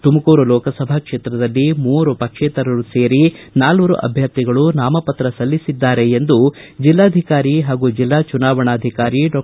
ತುಮಕೂರು ಲೋಕಸಭಾ ಕ್ಷೇತ್ರದಲ್ಲಿ ಮೂವರು ಪಕ್ಷೇತರರು ಸೇರಿ ನಾಲ್ವರು ಅಭ್ಯರ್ಥಿಗಳು ನಾಮಪತ್ರ ಸಲ್ಲಿಸಿದ್ದಾರೆ ಎಂದು ಜಿಲ್ಲಾಧಿಕಾರಿ ಹಾಗೂ ಜಿಲ್ಲಾ ಚುನಾವಣಾಧಿಕಾರಿ ಡಾ ಕೆ